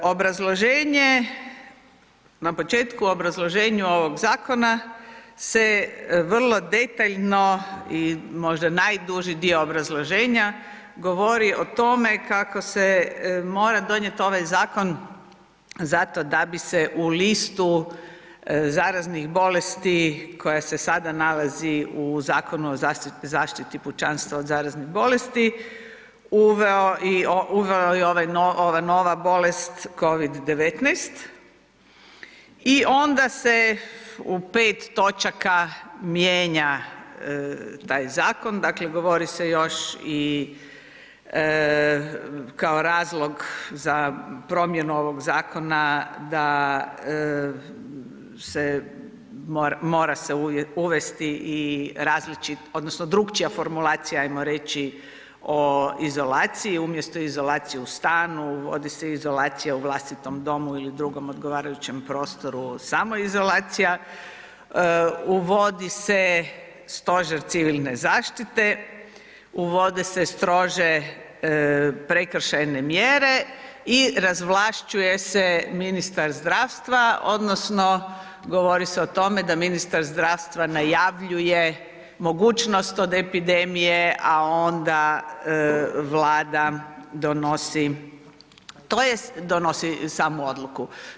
Obrazloženje na početku u obrazloženju ovog zakona se vrlo detaljno i možda najduži dio obrazloženja govori o tome kako se mora donijeti ovaj zakon da bi se u listu zaraznih bolesti koja se sada nalazi u Zakonu o zaštiti pučanstva od zaraznih bolesti uvela i ova nova bolest COVID-19 i onda se u pet točaka mijenja taj zakon, dakle govori se još i kao razlog za promjenu ovog zakona da se mora se uvesti i različit odnosno drukčija formulacija, ajmo reći, o izolaciji umjesto izolacije u stanu vodi se izolacija u vlastitom domu ili drugom odgovarajućem prostoru samoizolacija, uvodi se Stožer civilne zaštite, uvode se strože prekršajne mjere i razvlašćuje se ministar zdravstva odnosno govori se o tome da ministar zdravstva najavljuje mogućnost od epidemije, a onda Vlada donosi tj. donosi samo odluku.